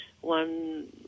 one